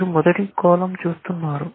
మీరు మొదటి కాలమ్ చూస్తున్నారు